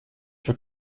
für